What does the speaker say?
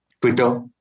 Twitter